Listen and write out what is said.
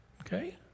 Okay